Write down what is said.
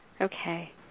Okay